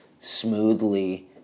smoothly